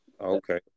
Okay